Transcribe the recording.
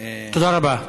תודה רבה.